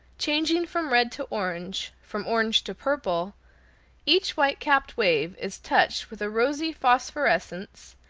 changing from red to orange, from orange to purple each white-capped wave is touched with a rosy phosphorescence,